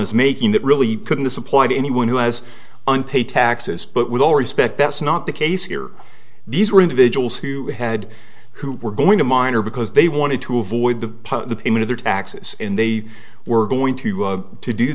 is making that really couldn't this apply to anyone who has unpaid taxes but with all respect that's not the case here these were individuals who had who were going to minor because they wanted to avoid the pain of their taxes and they were going to